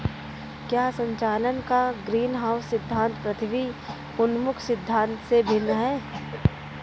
क्या संचालन का ग्रीनहाउस सिद्धांत पृथ्वी उन्मुख सिद्धांत से भिन्न है?